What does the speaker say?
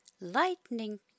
lightning